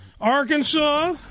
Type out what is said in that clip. Arkansas